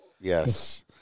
Yes